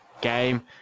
game